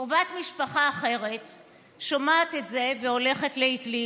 "קרובת משפחה שומעת את זה והולכת לאטליז.